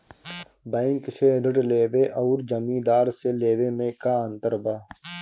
Bank से ऋण लेवे अउर जमींदार से लेवे मे का अंतर बा?